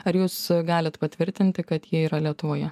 ar jūs galit patvirtinti kad jie yra lietuvoje